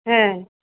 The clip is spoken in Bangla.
হ্যাঁ